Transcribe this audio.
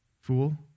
fool